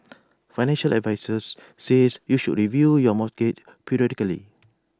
financial advisers says you should review your mortgage periodically